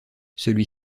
celui